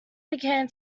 began